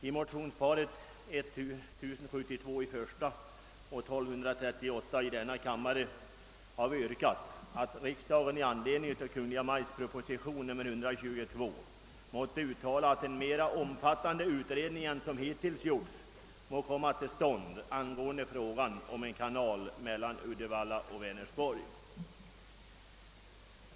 I motionsparet I: 1072 och II: 1238 har vi yrkat att riksdagen i anledning av Kungl. Maj:ts proposition 122 måtte uttala »att en mera omfattande utred ning än som hittills gjorts må komma till stånd angående frågan om en kanal mellan Uddevalla och Vänersborg».